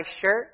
shirt